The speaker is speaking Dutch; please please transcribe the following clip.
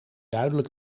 duidelijk